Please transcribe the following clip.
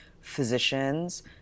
physicians